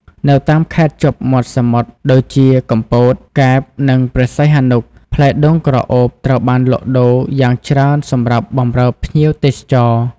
នៅតាមខេត្តជាប់មាត់សមុទ្រដូចជា កំពត កែប និងព្រះសីហនុ ផ្លែដូងក្រអូបត្រូវបានលក់ដូរយ៉ាងច្រើនសម្រាប់បម្រើភ្ញៀវទេសចរ។